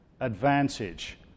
advantage